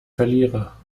verlierer